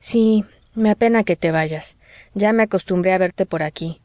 sí me apena que te vayas ya me acostumbré a verte por aquí